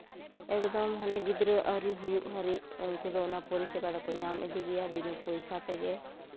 ᱮᱠᱫᱚᱢ ᱦᱟᱱᱮ ᱜᱤᱫᱽᱨᱟᱹ ᱟᱹᱣᱨᱤ ᱦᱩᱭᱩᱜ ᱦᱟᱹᱨᱤᱡ ᱩᱱᱠᱩ ᱫᱚ ᱚᱱᱟ ᱯᱚᱨᱤᱥᱮᱵᱟ ᱫᱚᱠᱚ ᱧᱟᱢ ᱤᱫᱤ ᱜᱮᱭᱟ ᱵᱤᱱᱟᱹ ᱯᱚᱭᱥᱟ ᱛᱮᱜᱮ